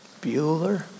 Bueller